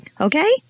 Okay